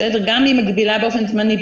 גם היא מגבילה באופן זמני,